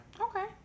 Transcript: Okay